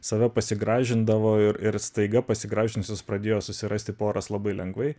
save pasigražindavo ir ir staiga pasigražinusios pradėjo susirasti poras labai lengvai